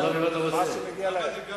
תן להם מה שמגיע להם.